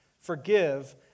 Forgive